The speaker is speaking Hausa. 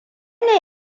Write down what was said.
ne